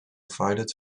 provided